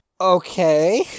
Okay